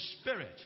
spirit